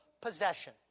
possession